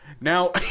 Now